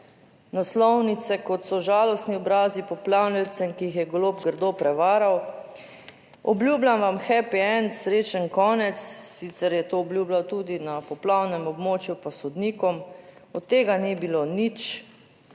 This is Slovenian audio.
naslovnice, kot so žalostni obrazi poplavljalcev, ki jih je golob grdo prevaral. Obljubljam vam happy end, srečen konec. Sicer je to obljubljal tudi na poplavnem območju, pa sodnikom. Od tega ni bilo nič.